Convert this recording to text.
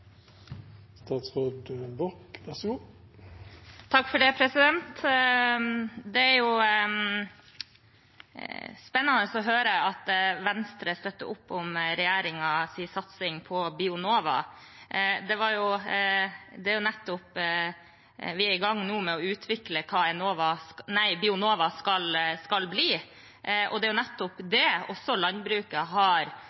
jo spennende å høre at Venstre støtter opp om regjeringens satsing på Bionova. Vi er i gang nå med å utvikle hva Bionova skal bli, og det er nettopp